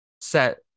set